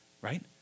right